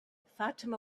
fatima